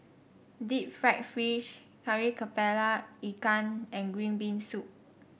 Deep Fried Fish Kari kepala Ikan and Green Bean Soup